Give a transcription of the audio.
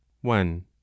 one